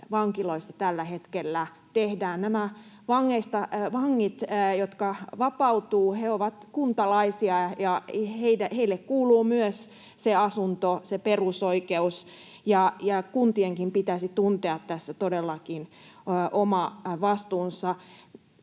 vankiloissa tällä hetkellä tehdään. Nämä vangit, jotka vapautuvat, ovat kuntalaisia, ja heille kuuluu myös asunto, se perusoikeus. Kuntienkin pitäisi tuntea tässä todellakin oma vastuunsa.